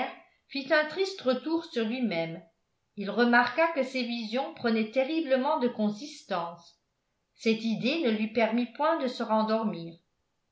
un triste retour sur lui-même il remarqua que ses visions prenaient terriblement de consistance cette idée ne lui permit point de se rendormir